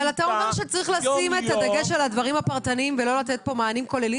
אתה אומר שצריך לשים את הדגש על הדברים הפרטניים ולא לתת מענים כוללים,